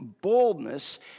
boldness